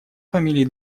фамилии